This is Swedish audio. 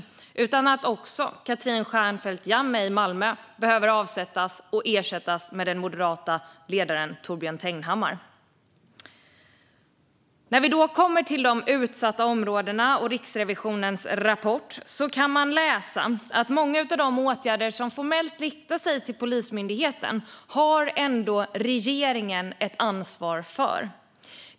Det är också dags att Katrin Stjernfeldt Jammeh i Malmö avsätts och ersätts av den moderata ledaren Torbjörn Tegnhammar. I Riksrevisionens rapport om de utsatta områdena kan man läsa att många av de åtgärder som formellt riktar sig till Polismyndigheten har regeringen ändå ett ansvar för.